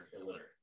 illiterate